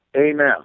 Amen